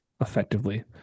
effectively